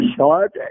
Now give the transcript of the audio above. Short